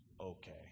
okay